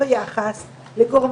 מהרגע שהממשלה לקחה את זה כתכנית לאומית.